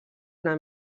una